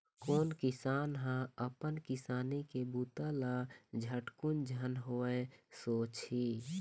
कोन किसान ह अपन किसानी के बूता ल झटकुन झन होवय सोचही